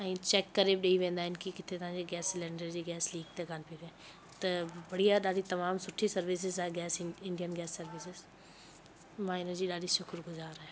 ऐं चैक करे बि ॾेई वेंदा आहिनि कि किथे तव्हांजी गैस सिलेंडर जी गैस लीक त कान पेई थिए त बढ़िया ॾाढी तमामु सुठी सर्विसिस आहे गैस आहे इंडियन गैस सर्विसिस मां हिनजी ॾाढी शुक्रगुज़ारु आहियां